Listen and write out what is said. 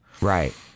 Right